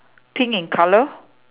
pink in colour